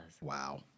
Wow